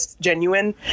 genuine